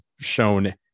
shown